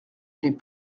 les